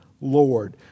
Lord